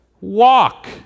walk